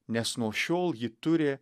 nes nuo šiol ji turi